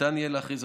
ניתן יהיה להכריז,